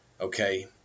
Okay